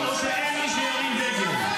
או שאין מי שירים דגל.